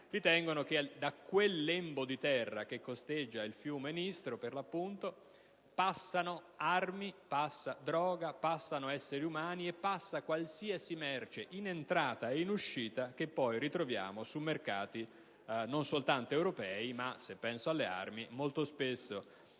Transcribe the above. congelati, che da quel lembo di terra che costeggia il fiume Nistro passano armi, droga, esseri umani e qualsiasi merce, in entrata e in uscita, che poi ritroviamo sui mercati, non soltanto europei ma, se penso alle armi, molto spesso